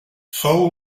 fou